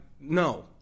no